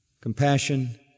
compassion